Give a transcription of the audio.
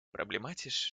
problematisch